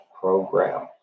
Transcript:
program